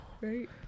Right